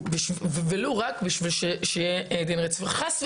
ולא רק בשביל שיהיה --- חס וחלילה,